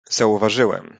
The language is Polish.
zauważyłem